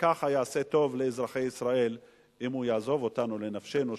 וככה הוא יעשה טוב לאזרחי ישראל אם הוא יעזוב אותנו לנפשנו,